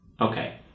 Okay